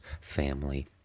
family